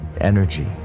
energy